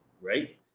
right